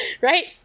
Right